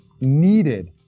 needed